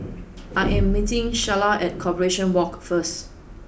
I am meeting Shyla at Corporation Walk first